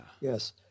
Yes